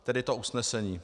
Tedy to usnesení.